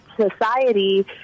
society